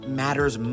matters